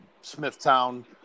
Smithtown